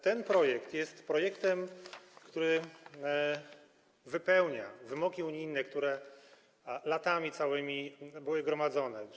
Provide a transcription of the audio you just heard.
Ten projekt jest projektem, który wypełnia wymogi unijne, które całymi latami były gromadzone.